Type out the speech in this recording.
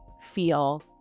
feel